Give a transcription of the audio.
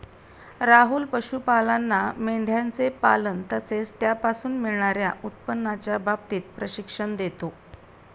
राहुल पशुपालांना मेंढयांचे पालन तसेच त्यापासून मिळणार्या उत्पन्नाच्या बाबतीत प्रशिक्षण देतो